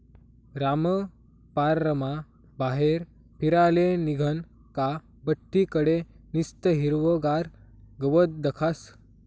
रामपाररमा बाहेर फिराले निंघनं का बठ्ठी कडे निस्तं हिरवंगार गवत दखास